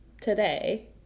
today